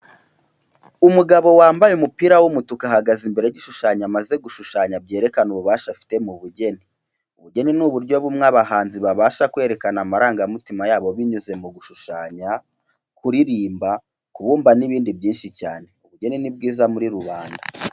Umugabo wambaye umupira w'umutuku ahagaze imbere y'igishushanyo amaze gushushanya byerekana ububasha afite mu bugeni. Ubugeni ni uburyo bumwe abahanzi babasha kwerekana amarangamutima yabo binyuze mu gushushanya, kuririmba, kubumba n'ibindi byinshi cyane. Ubugeni ni bwiza muri rubanda.